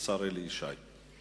אלי ישי.